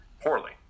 poorly